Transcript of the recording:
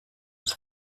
des